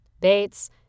Bates